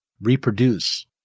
reproduce